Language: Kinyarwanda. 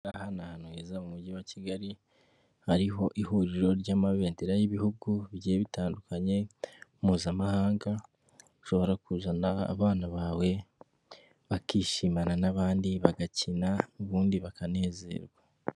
Aha ahangaha ni ahantu heza mu mujyi wa Kigali hariho ihuriro ry'amabendera y'ibihugu bitandukanye mpuzamahanga ushobora kuzana abana bawe bakishimana n'abandi bagakina ubundi bakanezerwa.